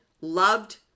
loved